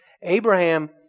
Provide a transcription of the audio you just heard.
Abraham